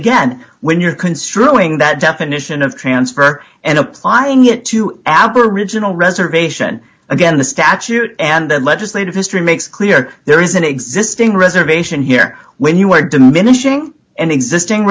again when you're construing that definition of transfer and applying it to aboriginal reservation again the statute and the legislative history makes clear there is an existing reservation here when you are diminishing an existing